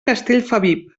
castellfabib